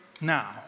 now